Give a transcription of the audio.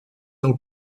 del